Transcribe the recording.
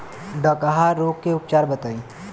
डकहा रोग के उपचार बताई?